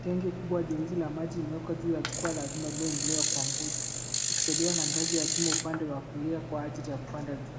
Tenki kubwa jeusi la maji, limewekwa juu ya jukwaa la chuma lililoinuliwa kwa nguzo, likisaidiwa na ngazi ya chuma upande wa kulia kwa ajili ya kupanda juu.